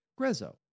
Grezzo